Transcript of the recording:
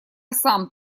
сам